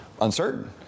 uncertain